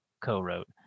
co-wrote